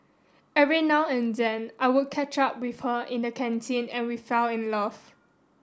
every now and then I would catch up with her in the canteen and we fell in love